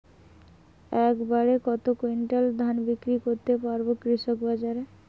এক বাড়ে কত কুইন্টাল ধান বিক্রি করতে পারবো কৃষক বাজারে?